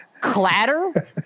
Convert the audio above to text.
clatter